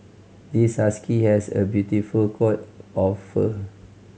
this husky has a beautiful coat of fur